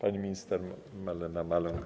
Pani minister Marlena Maląg.